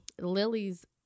Lily's